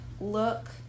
Look